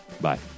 Bye